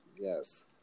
Yes